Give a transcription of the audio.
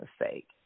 mistake